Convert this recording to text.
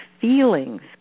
feelings